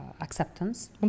acceptance